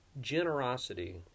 generosity